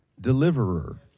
deliverer